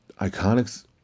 Iconics